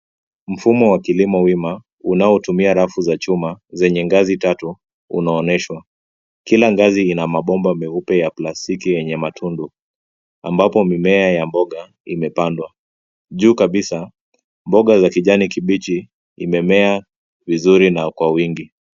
Mfumo wa kilimo wima unaotumia rafu za chuma zenye ngazi tatu unaonyeshwa. Kila ngazi ina mabomba meupe ya plastiki yenye matundu, ambapo mimea ya mboga imepandwa. Juu kabisa, mboga za kijani kibichi imemea vizuri na kwa wingi.